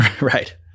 Right